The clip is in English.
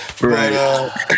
Right